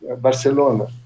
Barcelona